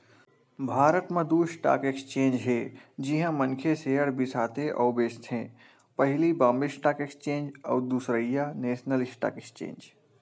भारत म दू stock exchange हे जिहाँ मनखे सेयर बिसाथे अउ बेंचथे पहिली बॉम्बे स्टॉक एक्सचेंज अउ दूसरइया नेसनल स्टॉक एक्सचेंज